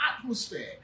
atmosphere